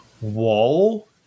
wall